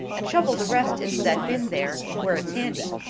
and shovel the rest into that bin there where it's handy.